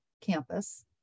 campus